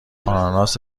آناناس